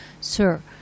Sir